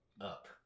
up